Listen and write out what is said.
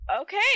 Okay